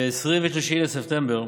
ב-23 בספטמבר